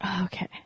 Okay